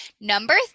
Number